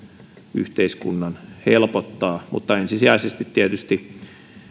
yhteiskunnan helpottaa mutta ensisijaisesti tietysti